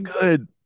good